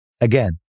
again